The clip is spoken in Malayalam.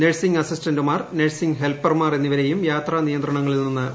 നഴ്സിംഗ് അസിസ്റ്റന്റുമാർ നഴ്സിംഗ് ഹെൽപർമാർ എന്നിവരെയും യാത്രാനിയന്ത്രണങ്ങളിൽ നിന്ന് ഒഴിവാക്കും